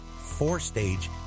four-stage